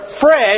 fresh